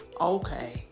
Okay